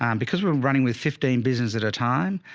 um because we were running with fifteen business at a time